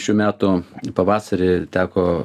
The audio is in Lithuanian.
šių metų pavasarį teko